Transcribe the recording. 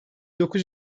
dokuz